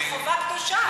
זו חובה קדושה.